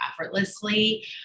effortlessly